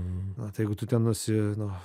na tai jeigu tu ten nusi nu